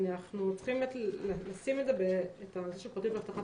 אנחנו צריכים לשים את הנושא של פרטיות ואבטחת